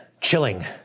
chilling